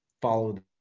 follow